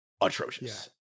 atrocious